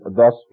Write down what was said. thus